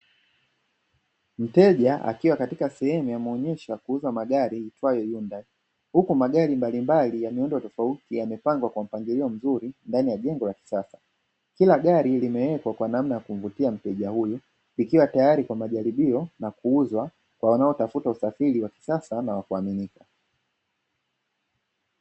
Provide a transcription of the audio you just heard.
Mteja akiwa katika sehemu ya maonesho ya kuuza magari mkoa wa Iringa, huku magari ya miundo tofauti yamepangwa kwa mpangilio mzuri ndani ya jengo la kisasa, kila gari limewekwa kwa namna ya kuvutia mteja huyu, likiwa tayari Kwa majaribio na kuuzwa Kwa wanaotafuta usafiri wa kisasa na wakuaminika.